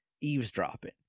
eavesdropping